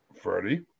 Freddie